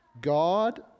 God